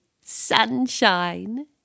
sunshine